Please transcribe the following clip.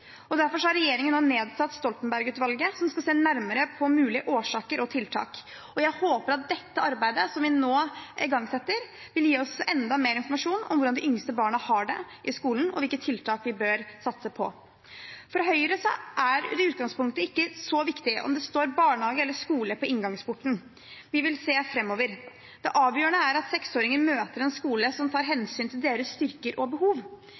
Derfor har regjeringen nå nedsatt Stoltenbergutvalget, som skal se nærmere på mulige årsaker og tiltak. Jeg håper at det arbeidet som vi nå igangsetter, vil gi oss enda mer informasjon om hvordan de yngste barna har det i skolen, og hvilke tiltak vi bør satse på. For Høyre er det i utgangspunktet ikke så viktig om det står «Barnehage» eller «Skole» på inngangsporten. Vi vil se framover. Det avgjørende er at seksåringer møter en skole som tar hensyn til deres styrker og behov.